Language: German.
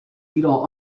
wieder